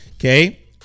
Okay